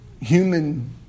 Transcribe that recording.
human